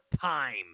time